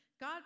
God